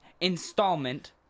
installment